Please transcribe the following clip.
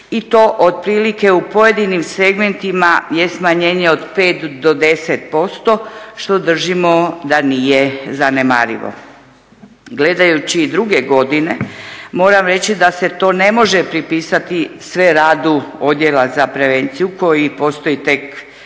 to otprilike u pojedinim segmentima je smanjenje od 5 do 10% što držimo da nije zanemarivo. Gledajući druge godine, moram reći da se to ne može pripisati sve radu Odjela za prevenciju koji postoji tek